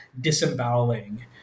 disemboweling